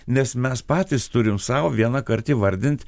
nes mes patys turim sau vieną kart įvardint